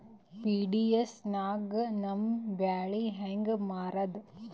PDS ನಾಗ ನಮ್ಮ ಬ್ಯಾಳಿ ಹೆಂಗ ಮಾರದ?